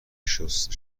شسته